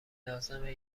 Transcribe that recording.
لازمه